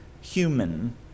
human